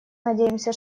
надеемся